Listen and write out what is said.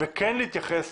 וכן להתייחס